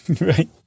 Right